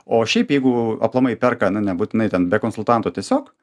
o šiaip jeigu aplamai perka na nebūtinai ten be konsultanto tiesiog